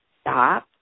Stop